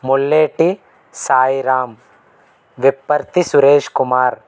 Mulleti Sairam Vipparthi Suresh Kumar